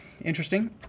interesting